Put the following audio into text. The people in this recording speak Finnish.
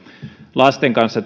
lasten kanssa